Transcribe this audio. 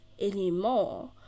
anymore